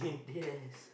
yes